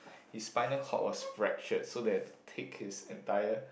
his spinal cord was fractured so they had to take his entire